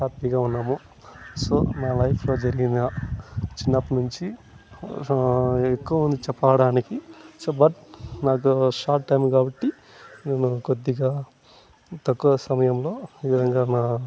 హ్యాపీగా ఉన్నాము సో మా లైఫ్లో జరిగిన చిన్నప్పున్నించి ఎక్కువ చెప్పరానికి సో వర్క్ నాకు షాట్ టైం కాబట్టి నేను కొద్దిగా తక్కువ సమయంలో ఈ విధంగా నా